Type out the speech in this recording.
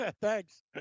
Thanks